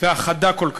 והחדה כל כך,